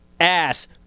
ass